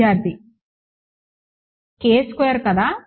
కదా